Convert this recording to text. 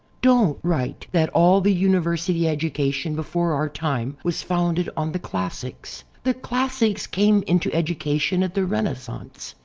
don't write that all the university education before our time was founded on the classics. the classics came into education at the renaissance.